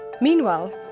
Meanwhile